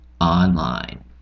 online